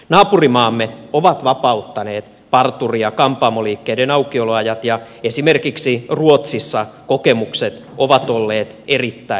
naapurimaamme ovat vapauttaneet parturi ja kampaamoliikkeiden aukioloajat ja esimerkiksi ruotsissa kokemukset ovat olleet erittäin myönteisiä